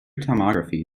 tomography